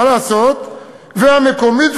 מה לעשות "והמקומית,